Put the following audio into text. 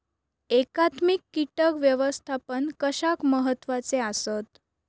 एकात्मिक कीटक व्यवस्थापन कशाक महत्वाचे आसत?